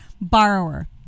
borrower